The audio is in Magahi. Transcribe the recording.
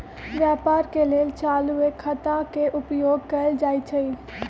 व्यापार के लेल चालूये खता के उपयोग कएल जाइ छइ